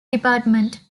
department